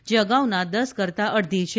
જે અગાઉના દસ કરતાં અડધી છે